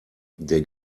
der